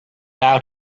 out